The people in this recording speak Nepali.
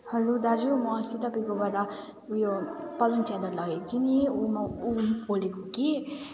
हजुर दाजु म अस्ति तपाईँकोबाट उयो पलङ च्यादर लगेको थिएँ ऊ म ऊ बोलेको कि